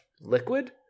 liquid